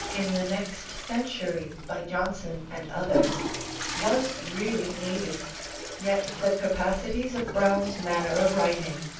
in the next century by johnson and others was really needed yet the capacities of browne's manner of writing,